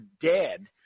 dead